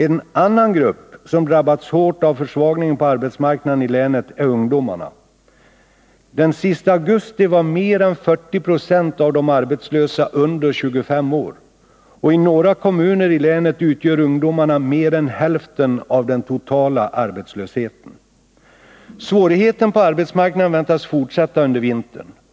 En annan grupp som drabbats hårt av försvagningen på arbetsmarknaden i länet är ungdomarna. Den sista augusti var mer än 70 96 av de arbetslösa under 25 år och i några kommuner i länet utgör ungdomarna mer än hälften av den totala arbetslösheten. Svårigheterna på arbetsmarknaden väntas fortsätta under vintern.